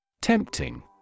Tempting